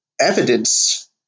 evidence